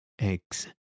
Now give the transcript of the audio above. eggs